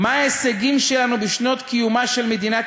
מה ההישגים שלנו בשנות קיומה של מדינת